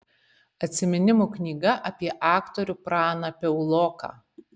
atsiminimų knyga apie aktorių praną piauloką